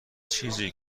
چیزی